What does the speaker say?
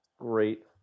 great